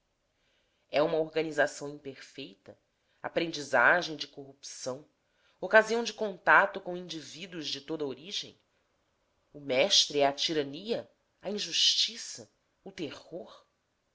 é uma organização imperfeita aprendizagem de corrupção ocasião de contato com indivíduos de toda origem o mestre é a tirania a injustiça o terror